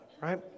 right